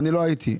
לא הייתי.